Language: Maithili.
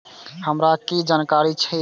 हमरा कीछ जानकारी चाही